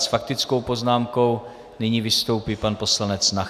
S faktickou poznámkou nyní vystoupí pan poslanec Nacher.